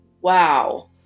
Wow